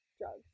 drugs